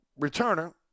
returner